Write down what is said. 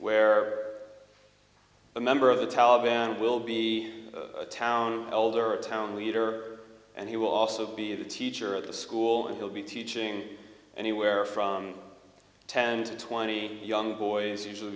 where a member of the taliban will be a town elder a town leader and he will also be the teacher at the school and he'll be teaching anywhere from ten to twenty young boys usually